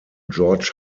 george